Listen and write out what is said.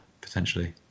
potentially